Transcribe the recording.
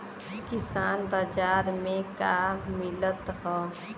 किसान बाजार मे का मिलत हव?